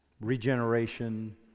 regeneration